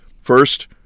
First